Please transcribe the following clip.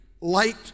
light